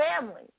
family